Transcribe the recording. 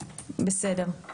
בסדר.